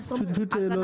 זה פשוט, לא יודע, אז אנא.